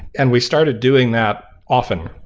and we started doing that often,